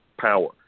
power